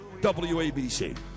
WABC